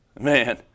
Man